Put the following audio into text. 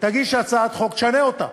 תגיש הצעת חוק, תשנה אותם.